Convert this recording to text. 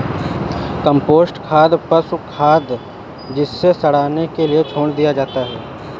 compost खाद पशु खाद है जिसे सड़ने के लिए छोड़ दिया जाता है